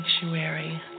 sanctuary